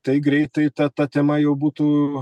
tai greitai ta ta tema jau būtų